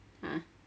!huh!